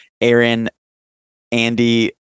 Aaron-Andy